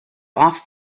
off